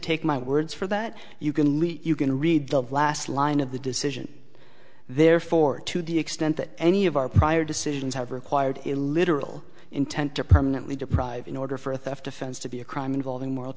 take my word for that you can you can read the last line of the decision therefore to the extent that any of our prior decisions have required a literal intent to permanently deprive in order for a theft offense to be a crime involving moral